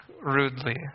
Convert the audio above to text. rudely